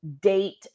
date